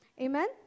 Amen